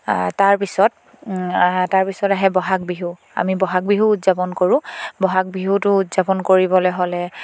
তাৰপিছত তাৰপিছত আহে বহাগ বিহু আমি বহাগ বিহু উদযাপন কৰোঁ বহাগ বিহুটো উদযাপন কৰিবলৈ হ'লে